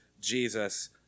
Jesus